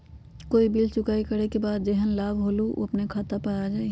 कोई बिल चुकाई करे के बाद जेहन लाभ होल उ अपने खाता पर आ जाई?